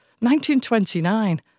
1929